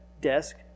desk